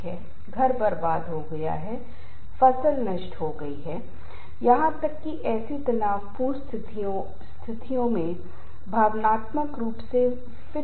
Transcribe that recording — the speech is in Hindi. तो समय दबाव तनाव का समय उत्पन्न करेगा और अनुसूची दबाव तनाव को समान रूप से व्यक्तिगत कारक उत्पन्न करेगा जैसे परिवार की समस्याएं आर्थिक समस्याएं व्यक्तित्व वे भी तनाव का कारण बनेंगे